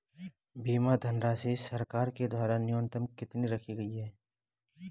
बीमा धनराशि सरकार के द्वारा न्यूनतम कितनी रखी गई है?